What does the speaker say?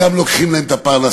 ועכשיו גם לוקחים להם את הפרנסה,